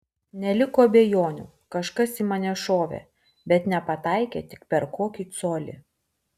neliko abejonių kažkas į mane šovė bet nepataikė tik per kokį colį